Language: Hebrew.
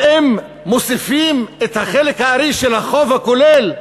ואם מוסיפים את חלק הארי של החוב הכולל,